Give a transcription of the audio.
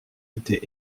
été